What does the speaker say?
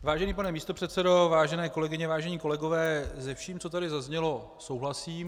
Vážený pane místopředsedo, vážené kolegyně, vážení kolegové, se vším, co tady zaznělo, souhlasím.